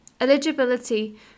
Eligibility